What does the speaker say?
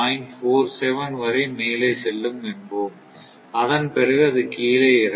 47 வரை மேலே செல்லும் என்போம் அதன் பிறகு அது கீழே இறங்கும்